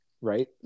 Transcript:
right